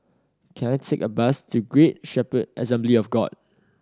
can I take a bus to Great Shepherd Assembly of God